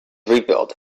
rebuilt